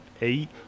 eight